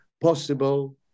possible